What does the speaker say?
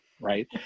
right